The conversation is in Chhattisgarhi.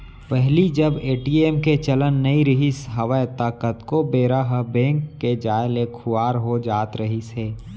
पहिली जब ए.टी.एम के चलन नइ रिहिस हवय ता कतको बेरा ह बेंक के जाय ले खुवार हो जात रहिस हे